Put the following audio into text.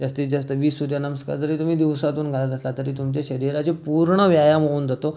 जास्तीत जास्त वीस सूर्यनमस्कार जरी तुम्ही दिवसातून घालत असला तरी तुमचे शरीराची पूर्ण व्यायाम होउन जातो